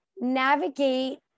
navigate